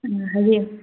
ꯎꯝ ꯍꯥꯏꯕꯤꯌꯨ